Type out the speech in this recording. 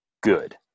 good